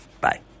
Bye